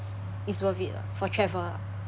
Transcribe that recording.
it's worth it lah for travel lah